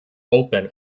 open